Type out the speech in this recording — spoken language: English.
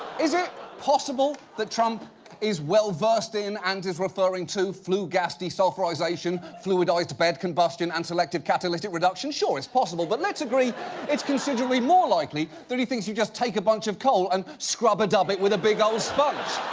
is it possible that trump is well-versed in and is referring to flue gas desulfurization, fluidized bed combustion, and selective catalytic reduction? sure, it's possible, but let's agree it's considerably more likely that he thinks you just take a bunch of coal and scrub-a-dub it with a big ol' sponge.